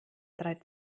drei